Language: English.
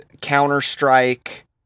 Counter-Strike